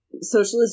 socialist